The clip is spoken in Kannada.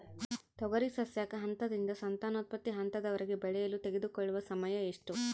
ತೊಗರಿ ಸಸ್ಯಕ ಹಂತದಿಂದ ಸಂತಾನೋತ್ಪತ್ತಿ ಹಂತದವರೆಗೆ ಬೆಳೆಯಲು ತೆಗೆದುಕೊಳ್ಳುವ ಸಮಯ ಎಷ್ಟು?